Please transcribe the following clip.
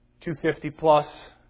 250-plus